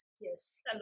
Yes